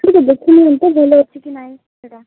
ଆପଣ ଟିକେ ଦେଖି ନିଅନ୍ତୁ ଭଲ ଅଛି କି ନାହିଁ ସେଇଟା